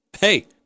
hey